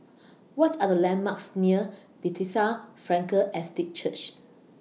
What Are The landmarks near Bethesda Frankel Estate Church